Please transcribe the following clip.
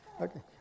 Okay